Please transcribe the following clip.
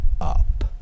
up